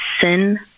sin